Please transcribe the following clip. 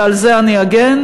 ועל זה אני אגן,